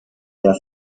der